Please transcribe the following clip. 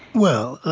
well,